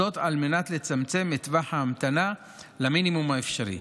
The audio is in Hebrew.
זאת על מנת לצמצם את טווח ההמתנה למינימום האפשרי.